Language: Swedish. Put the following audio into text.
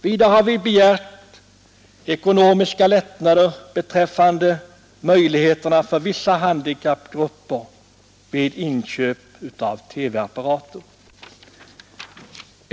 Vidare har vi begärt ekonomiska lättnader för vissa handikappgrupper vid inköp av TV-apparater.